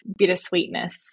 bittersweetness